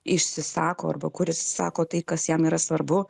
išsisako arba kuris sako tai kas jam yra svarbu